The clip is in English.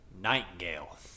Nightingale